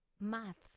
maths